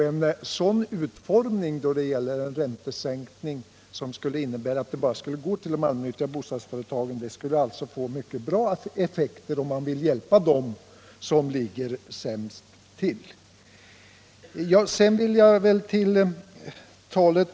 En sådan utformning av räntesänkningen till att bara gälla de allmännyttiga bostadsföretagen skulle alltså få mycket goda effekter, om man vill hjälpa dem som ligger sämst till.